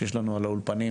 שיש לנו על האולפנים,